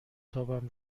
تاپم